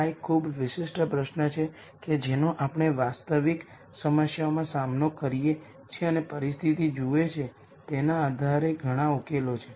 eigen values કેટલી વાર પુનરાવર્તિત થાય છે એના થી ફરક પડતો નથી